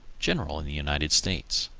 general in the united states.